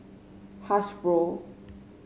hasbro